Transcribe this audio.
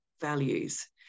values